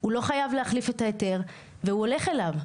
הוא לא חייב להחליף את ההיתר והוא הולך אליו.